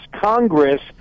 congress